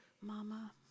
Mama